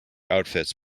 outfits